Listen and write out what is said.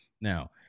Now